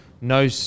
no